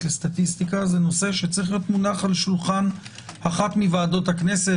לסטטיסטיקה צריך להיות מונח על שולחן אחת מוועדות הכנסת.